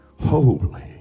holy